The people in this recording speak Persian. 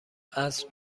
عصر